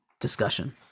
discussion